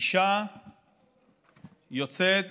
אישה יוצאת